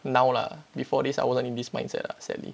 now lah before this I wasn't in this mindset ah sadly